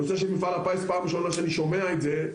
הנושא של מפעל הפיס זו הפעם הראשונה שאני שומע על זה.